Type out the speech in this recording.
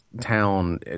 town